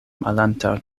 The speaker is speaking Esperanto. malantaŭ